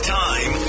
time